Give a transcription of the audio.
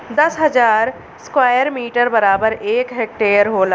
दस हजार square metre बराबर एक हेक्टेयर होला